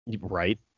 right